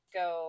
go